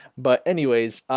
but anyways